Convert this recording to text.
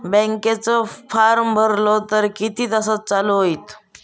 बँकेचो फार्म भरलो तर किती तासाक चालू होईत?